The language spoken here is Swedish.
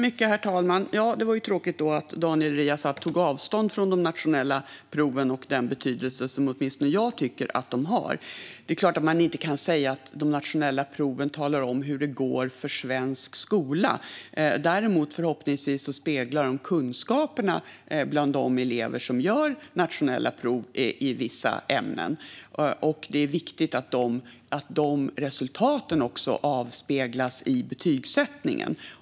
Herr talman! Det var tråkigt att Daniel Riazat tog avstånd från de nationella proven och den betydelse som åtminstone jag tycker de har. Man kan såklart inte säga att de nationella proven talar om hur det går för svensk skola. Däremot speglar de förhoppningsvis kunskaperna hos de elever som gör nationella prov i vissa ämnen. Det är viktigt att dessa resultat också avspeglas i betygsättningen.